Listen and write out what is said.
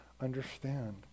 understand